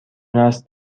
است